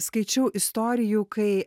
skaičiau istorijų kai